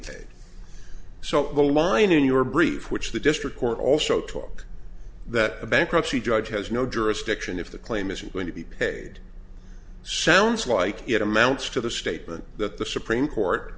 paid so the line in your brief which the district court also took that a bankruptcy judge has no jurisdiction if the claim is going to be paid sounds like it amounts to the statement that the supreme court